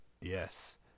Yes